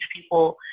people